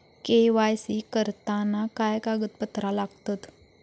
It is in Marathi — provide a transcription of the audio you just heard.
के.वाय.सी करताना काय कागदपत्रा लागतत?